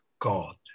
god